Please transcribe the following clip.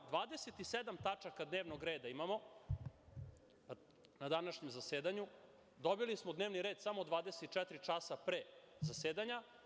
Dvadeset i sedam tačaka dnevnog reda imamo na današnjem zasedanju, a dobili smo dnevni red samo 24 časa pre zasedanja.